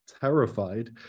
terrified